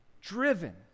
driven